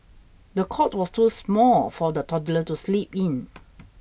the cot was too small for the toddler to sleep in